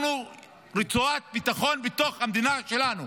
אנחנו רצועת ביטחון בתוך המדינה שלנו,